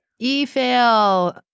eFail